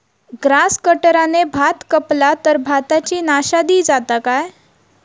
Grass कटराने भात कपला तर भाताची नाशादी जाता काय?